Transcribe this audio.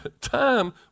time